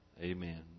Amen